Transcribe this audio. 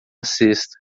cesta